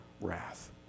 wrath